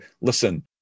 listen